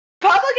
Public